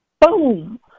boom